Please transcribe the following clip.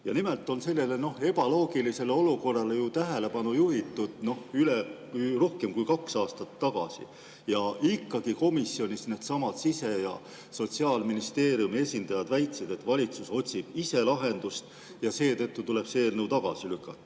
Nimelt on sellele ebaloogilisele olukorrale tähelepanu juhitud rohkem kui kaks aastat tagasi ja komisjonis needsamad Siseministeeriumi ja Sotsiaalministeeriumi esindajad ikka väitsid, et valitsus otsib ise lahendust ja seetõttu tuleb see eelnõu tagasi lükata.